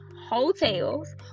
Hotels